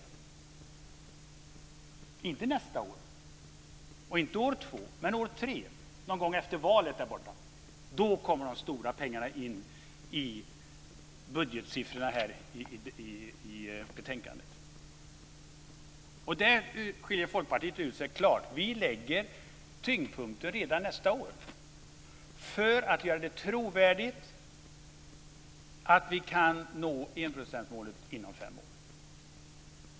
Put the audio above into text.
Det gör man inte nästa år, inte år två, utan år tre, någon gång bortom valet. Då kommer de stora pengarna in i budgetsiffrorna i betänkandet. Där skiljer Folkpartiet klart ut sig. Vi lägger tyngdpunkten redan nästa år för att göra det trovärdigt att vi kan nå enprocentsmålet inom fem år.